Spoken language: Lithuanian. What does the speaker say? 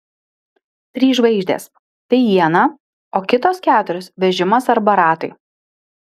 trys žvaigždės tai iena o kitos keturios vežimas arba ratai